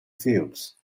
fields